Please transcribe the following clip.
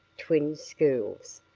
twin schools,